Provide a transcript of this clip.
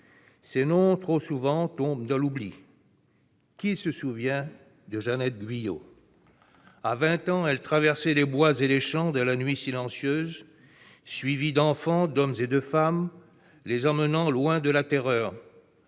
Ces noms, trop souvent, tombent dans l'oubli. Qui se souvient de Jeannette Guyot ? À 20 ans, elle traversait les bois et les champs dans la nuit silencieuse, suivie d'enfants, d'hommes et de femmes, les emmenant loin de la terreur.